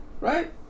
Right